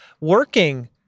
working